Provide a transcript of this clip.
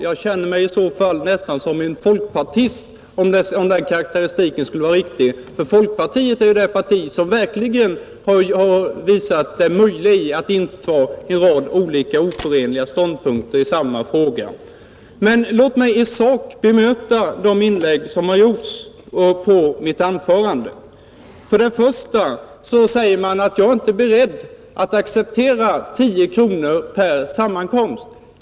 Jag känner mig i så fall nästan som en folkpartist, om den karakteristiken skulle vara riktig. Folkpartiet är ju det parti som verkligen visat att det är möjligt att inta en rad oförenliga ståndpunkter i samma fråga. Låt mig i sak bemöta de inlägg som har gjorts mot mitt anförande, Man säger att jag inte är beredd att acceptera 10 kronor per sammankomst.